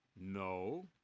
No